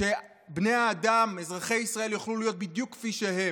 שבני האדם אזרחי ישראל יוכלו להיות בדיוק כפי שהם.